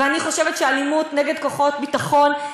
ואני חושבת שאלימות נגד כוחות הביטחון,